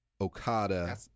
Okada